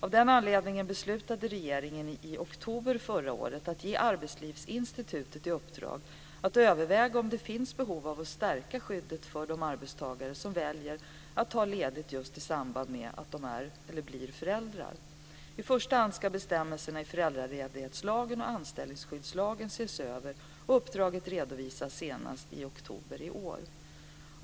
Av den anledningen beslutade regeringen i oktober förra året att ge Arbetslivsinstitutet i uppdrag att överväga om det finns behov av att stärka skyddet för de arbetstagare som väljer att ta ledigt i samband med föräldraskap. I första hand ska bestämmelserna i föräldraledighetslagen och anställningsskyddslagen ses över. Uppdraget redovisas senast i oktober i år.